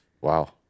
Wow